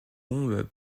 bombes